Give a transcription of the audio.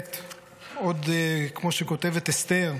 שבאמת עוד, כמו שכותבת אסתר,